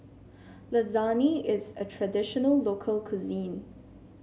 lasagne is a traditional local cuisine